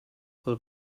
full